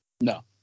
no